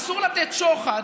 אסור לתת שוחד,